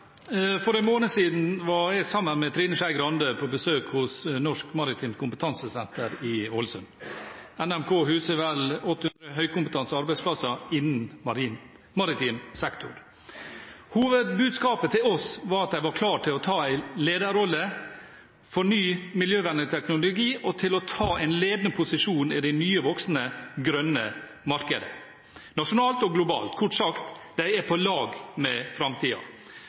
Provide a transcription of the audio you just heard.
en måned siden var jeg sammen med Trine Skei Grande på besøk hos Norsk Maritimt Kompetansesenter i Ålesund. NMK huser vel 800 høykompetanse arbeidsplasser innen maritim sektor. Hovedbudskapet til oss var at de var klar til å ta en lederrolle for ny miljøvennlig teknologi og til å ta en ledende posisjon i det nye voksende grønne markedet – nasjonalt og globalt. Kort sagt: De er på lag med framtida.